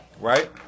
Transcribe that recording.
right